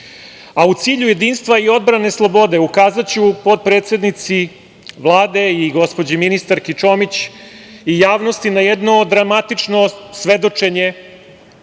cilju jedinstva i odbrane slobode, ukazaću potpredsednici Vlade i gospođi ministarki Čomić i javnosti na jedno dramatično svedočenje